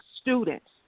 students